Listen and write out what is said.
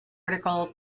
article